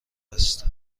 است